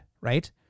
right